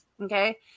okay